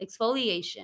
exfoliation